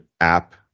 app